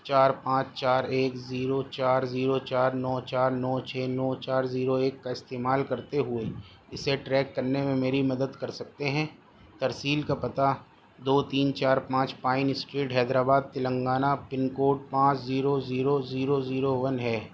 چار پانچ چار ایک زیرو چار زیرو چار نو چار نو چھ نو چار زیرو ایک کا استعمال کرتے ہوئے اسے ٹریک کرنے میں میری مدد کر سکتے ہیں ترسیل کا پتہ دو تین چار پانچ pine street Hyderabad Telangana pin code پانچ zero zero zero zero one ہے